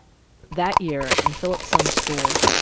that year, in philip's son's school,